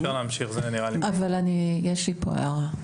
יש לי פה הערה.